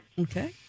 okay